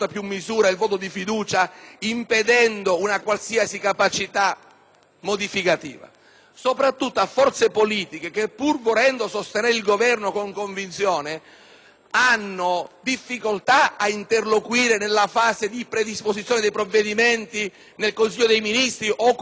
soprattutto per forze politiche che, pur volendo sostenere il Governo con convinzione, hanno difficoltà ad interloquire nella fase di predisposizione dei provvedimenti nel Consiglio dei ministri o, comunque, nell'ambito di un sistema di maggioranza che assicura un'interlocuzione reale.